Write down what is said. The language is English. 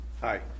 Hi